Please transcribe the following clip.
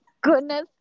goodness